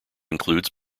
includes